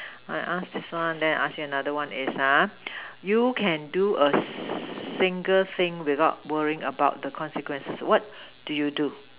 I ask this one then I ask you another one is uh you can do a s~ single thing without worrying about the consequences what do you do